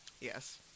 Yes